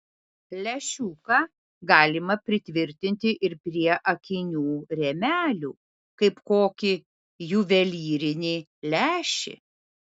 lęšiuką galima pritvirtinti ir prie akinių rėmelių kaip kokį juvelyrinį lęšį